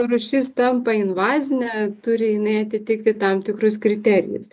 rūšis tampa invazine turi jinai atitikti tam tikrus kriterijus